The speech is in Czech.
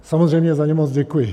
Samozřejmě za ně moc děkuji.